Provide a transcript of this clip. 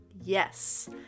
Yes